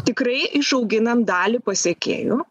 tikrai išauginam dalį pasekėjų